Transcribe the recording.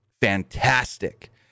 fantastic